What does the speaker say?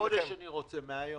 חודש אני רוצה, מהיום.